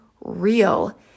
real